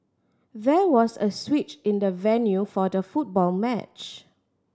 there was a switch in the venue for the football match